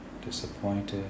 disappointed